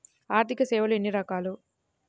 ఆర్థిక సేవలు ఎన్ని రకాలు?